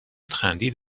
خندید